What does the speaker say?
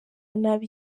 nabi